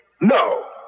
No